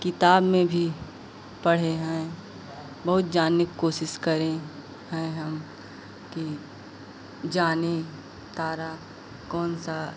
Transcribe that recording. किताब में भी पढ़े हैं बहुत जानने की कोशिश करे हैं हम कि जानें तारा कौन सा